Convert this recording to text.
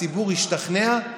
הציבור ישתכנע.